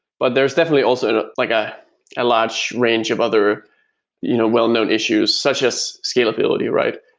but there's definitely also like ah a large range of other you know well-known issues, such as scalability, right?